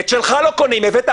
אתה התחלת את הדיון ברגע שהבאת אבא.